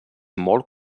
molt